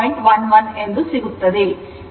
11 ಸಿಗುತ್ತಿದೆ